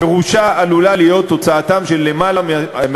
פירושה עלול להיות הוצאת יותר מ-2,000